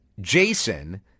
Jason